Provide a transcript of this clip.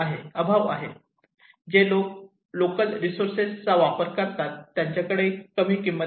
जे लोक लोकल रिसोर्सेसचा वापर करतात त्यांच्याकडे कमी किंमत आहे